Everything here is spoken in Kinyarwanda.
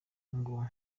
ngo